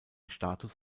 status